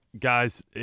Guys